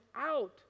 out